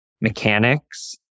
mechanics